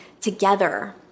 together